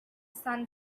sun